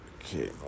Okay